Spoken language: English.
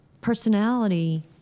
personality